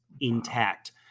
intact